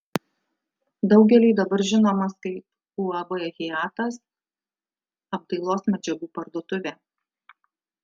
daugeliui dabar žinomas kaip uab hiatas apdailos medžiagų parduotuvė